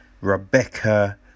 Rebecca